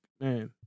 man